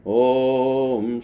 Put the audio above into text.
om